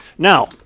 Now